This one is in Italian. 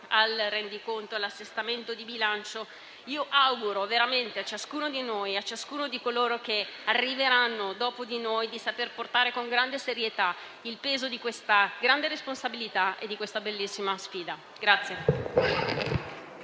al rendiconto generale e all'assestamento di bilancio, io auguro veramente, a ciascuno di noi e a coloro che arriveranno dopo di noi, di saper portare con grande serietà il peso di questa grande responsabilità e di questa bellissima sfida.